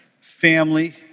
family